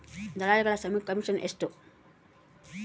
ದಲ್ಲಾಳಿಗಳ ಕಮಿಷನ್ ಎಷ್ಟು?